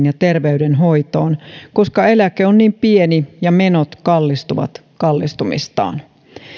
ja terveydenhoitoon koska eläke on niin pieni ja menot kallistuvat kallistumistaan